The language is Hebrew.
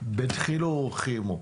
בדחילו ורחימו,